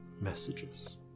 messages